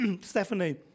Stephanie